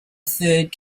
third